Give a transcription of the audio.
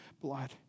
blood